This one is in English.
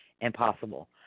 impossible